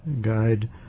guide